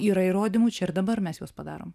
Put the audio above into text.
yra įrodymų čia ir dabar mes juos padarom